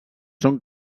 són